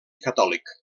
catòlic